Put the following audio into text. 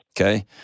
Okay